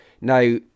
Now